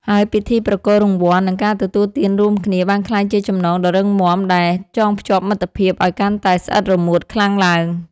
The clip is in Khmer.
ហើយពិធីប្រគល់រង្វាន់ និងការទទួលទានរួមគ្នា បានក្លាយជាចំណងដ៏រឹងមាំដែលចងភ្ជាប់មិត្តភាពឱ្យកាន់តែស្អិតរមួតខ្លាំងឡើង។